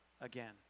again